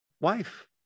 wife